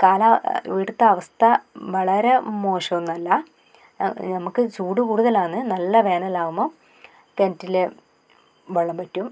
കാല ഇവിടുത്തെ അവസ്ഥ വളരെ മോശമൊന്നുമല്ല നമുക്ക് ചൂട് കൂടുതലാണ് നല്ല വേനലാകുമ്പോൾ കിണറ്റിൽ വെള്ളം വറ്റും